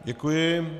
Děkuji.